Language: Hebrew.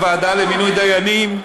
הוועדה למינוי דיינים.